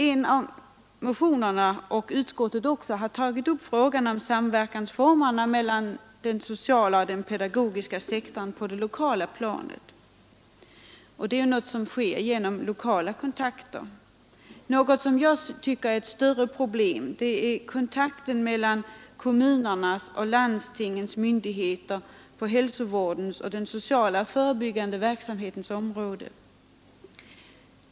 En av motionerna och även utskottet har tagit upp frågan om samverkansformerna mellan den sociala och den pedagogiska sektorn på det lokala planet. Samverkan sker ju genom lokala kontakter. Vad jag tycker är ett något större problem är kontakten mellan primärkommunala och landstingskommunala myndigheter på hälsovårdens och den sociala förebyggande verksamhetens område.